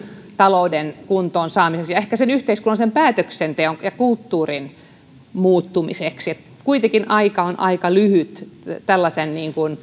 talouden kuntoon saamiseksi ja ehkä sen yhteiskunnallisen päätöksenteon ja kulttuurin muuttamiseksi kuitenkin aika on aika lyhyt tällaisen